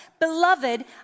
Beloved